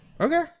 Okay